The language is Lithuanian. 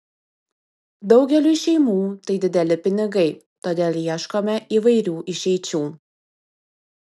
daugeliui šeimų tai dideli pinigai todėl ieškome įvairių išeičių